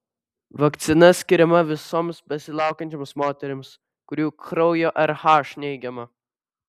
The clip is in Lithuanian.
vakcina skiriama visoms besilaukiančioms moterims kurių kraujo rh neigiama